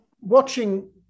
Watching